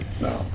no